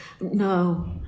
no